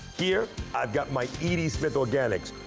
here i've got my e d. smith organics,